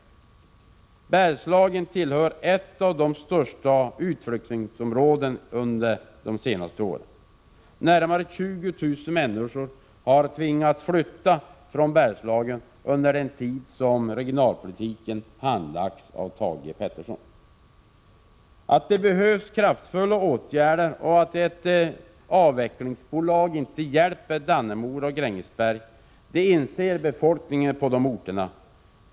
Bergslagen har under de senaste åren tillhört ett av de största utflyttningsområdena. Närmare 20 000 människor har tvingats flytta från Bergslagen under den tid som regionalpolitiken handlagts av Thage Peterson. Befolkningen i Dannemora och Grängesberg inser att det behövs kraftfulla åtgärder och att ett avvecklingsbolag inte hjälper dessa orter.